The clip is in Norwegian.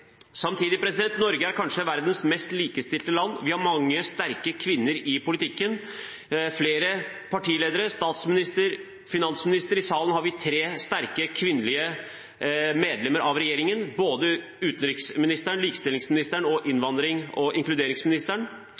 Samtidig er Norge kanskje verdens mest likestilte land. Vi har mange sterke kvinner i politikken, flere partiledere, statsminister og finansminister. I salen har vi tre sterke kvinnelige medlemmer av regjeringen, både utenriksministeren, barne- og likestillingsministeren og innvandrings- og